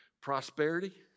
prosperity